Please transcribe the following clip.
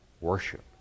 worship